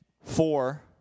four